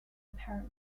apparent